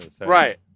Right